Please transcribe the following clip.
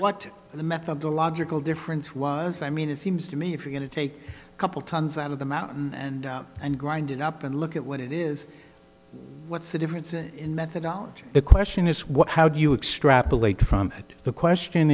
what the methodological difference was i mean it seems to me if you're going to take a couple tonnes out of the mountain and out and grind it up and look at what it is what's the difference in methodology the question is what how do you extract the lake from the question